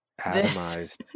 atomized